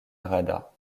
rada